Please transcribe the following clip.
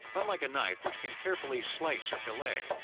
unlike a knife, which can carefully slice or filet,